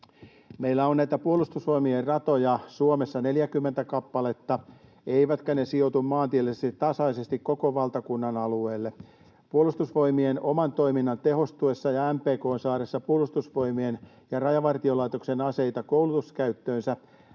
Meillä on näitä Puolustusvoimien ratoja Suomessa 40 kappaletta, eivätkä ne sijoitu maantieteellisesti tasaisesti koko valtakunnan alueelle. Puolustusvoimien oman toiminnan tehostuessa ja MPK:n saadessa Puolustusvoimien ja Rajavartiolaitoksen aseita koulutuskäyttöönsä